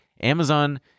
Amazon